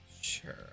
sure